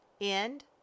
End